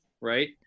right